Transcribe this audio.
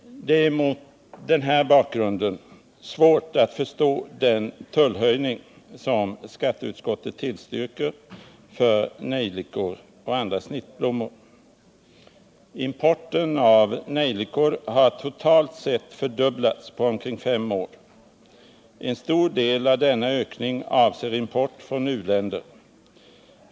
Det är mot denna bakgrund svårt att förstå den tullhöjning som skatteutskottet tillstyrker för nejlikor och andra snittblommor. Importen av nejlikor har totalt sett fördubblats på omkring fem år. En stor del av denna ökning avser import från u-länder.